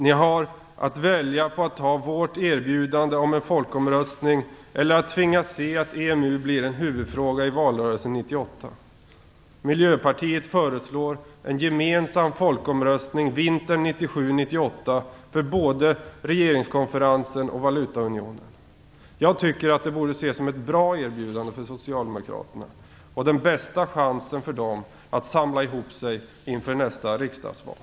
Ni har att välja på att anta vårt erbjudande om en folkomröstning eller att tvingas se att EMU blir en huvudfråga i valrörelsen 1998. Miljöpartiet föreslår en gemensam folkomröstning vintern 1997/1998 om både regeringskonferensen och valutaunionen. Jag tycker att det borde ses som ett bra erbjudande för socialdemokraterna och den bästa chansen för dem att samla ihop sig inför nästa riksdagsval.